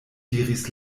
diris